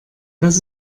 das